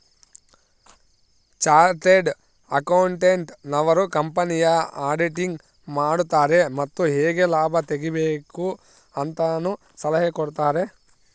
chartered accountant ನವರು ಕಂಪನಿಯ auditing ಮಾಡುತಾರೆ ಮತ್ತು ಹೇಗೆ ಲಾಭ ತೆಗಿಬೇಕು ಅಂತನು ಸಲಹೆ ಕೊಡುತಾರೆ